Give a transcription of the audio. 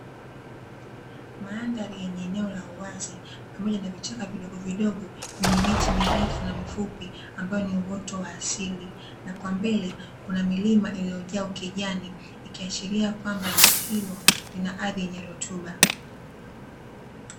Mandhari yenye eneo la uwazi pamoja na vichaka vidogo vidogo, vyenye miti mirefu na mifupi ambayo ni uoto wa asili na kwa mbele kuna milima iliyojaa ukijani, ikiashiria kwamba eneo hilo lina ardhi yenye rutuba.